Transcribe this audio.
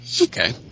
Okay